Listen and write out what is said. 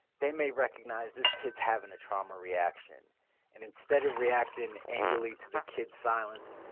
they may recognize this kid's having a trauma reaction and instead of reacting angrily to the kid's silence,